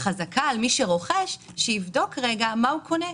חזקה על מי שרוכש שיבדוק רגע מה הוא קונה.